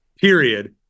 period